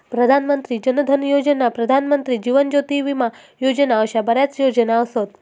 प्रधान मंत्री जन धन योजना, प्रधानमंत्री जीवन ज्योती विमा योजना अशा बऱ्याच योजना असत